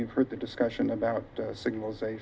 you've heard the discussion about signals